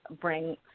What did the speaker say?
bring